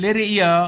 לראיה,